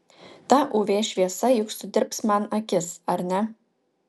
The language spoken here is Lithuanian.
ta uv šviesa juk sudirbs man akis ar ne